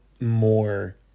more